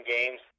Games